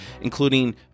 including